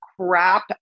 crap